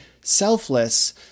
selfless